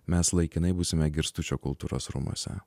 mes laikinai būsime girstučio kultūros rūmuose